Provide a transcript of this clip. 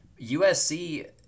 USC